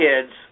kids